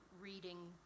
reading